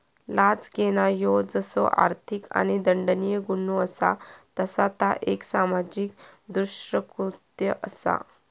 लाच घेणा ह्यो जसो आर्थिक आणि दंडनीय गुन्हो असा तसा ता एक सामाजिक दृष्कृत्य असा